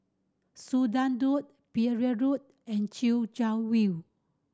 Sudan Road Pereira Road and Chwee Chian View